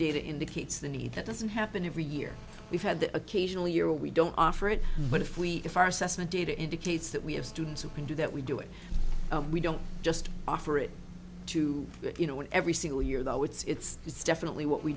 data indicates the need that doesn't happen every year we've had the occasional year we don't offer it but if we if our assessment data indicates that we have students who can do that we do it we don't just offer it to you know every single year though it's it's definitely w